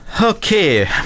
Okay